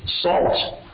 salt